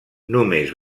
només